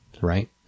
right